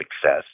success